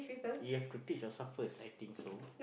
you have to teach yourself first I think so